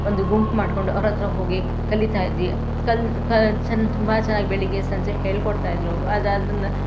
ಒಂದು ಗುಂಪು ಮಾಡಿಕೊಂಡು ಅವ್ರ ಹತ್ರ ಹೋಗಿ ಕಲಿತಾಯಿದ್ವಿ ಕಲಿ ಕ ಚೆನ್ನ ತುಂಬ ಚೆನ್ನಾಗಿ ಬೆಳಗ್ಗೆ ಸಂಜೆ ಹೇಳಿಕೊಡ್ತಾಯಿದ್ರು ಅವರು ಆಗ ಅದನ್ನು